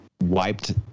wiped